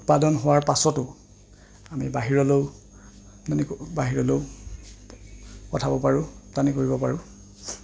উৎপাদন হোৱাৰ পাছতো আমি বাহিৰলৈও মানে বাহিৰলৈও পঠাব পাৰোঁ ৰপ্তানি কৰিব পাৰোঁ